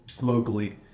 locally